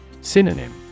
Synonym